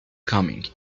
coming